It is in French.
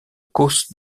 causse